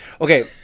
okay